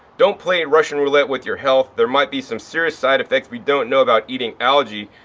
don't play russian roulette with your health, there might be some serious side effects we don't know about eating algae,